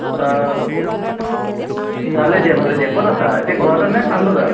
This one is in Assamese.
ভালে দিয়া ভালে দিয়া ক'ত আছা এতিয়া ঘৰতে নে পাণবজাৰত